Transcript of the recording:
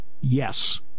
Yes